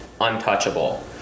untouchable